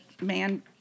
man